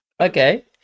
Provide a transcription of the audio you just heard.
Okay